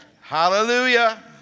Hallelujah